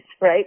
right